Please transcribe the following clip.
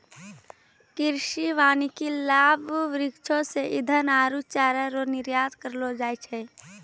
कृषि वानिकी लाभ वृक्षो से ईधन आरु चारा रो निर्यात करलो जाय छै